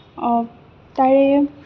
তাৰে